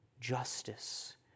justice